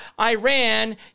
Iran